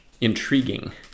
intriguing